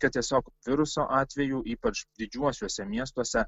kad tiesiog viruso atvejų ypač didžiuosiuose miestuose